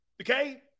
Okay